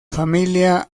familia